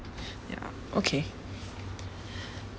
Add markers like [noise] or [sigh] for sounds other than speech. [breath] ya okay